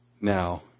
Now